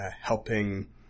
helping